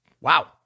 Wow